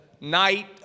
night